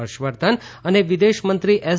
હર્ષવર્ધન અને વિદેશમંત્રી એસ